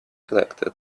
elected